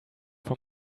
from